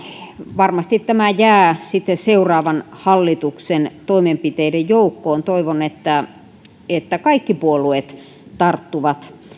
varmasti tämä jää sitten seuraavan hallituksen toimenpiteiden joukkoon ja toivon että että kaikki puolueet tarttuvat